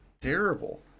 Terrible